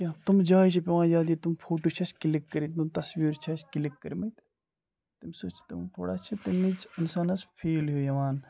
کینٛہہ تم جایہِ چھِ پٮ۪وان یاد ییٚتہِ تِم فوٹو چھِ اَسہِ کِلِک کٔرِتھ تِم تَصویٖر چھِ اَسہِ کِلِک کٔرمٕتۍ تمہِ سۭتۍ چھِ تِم تھوڑا چھِ تمِچ اِنسانَس فیٖل ہیوٗ یِوان